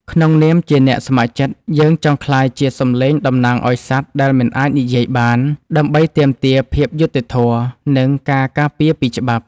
ក្នុងនាមជាអ្នកស្ម័គ្រចិត្ត យើងចង់ក្លាយជាសំឡេងតំណាងឱ្យសត្វដែលមិនអាចនិយាយបាន ដើម្បីទាមទារភាពយុត្តិធម៌ និងការការពារពីច្បាប់។